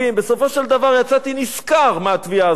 בסופו של דבר יצאתי נשכר מהתביעה הזאת,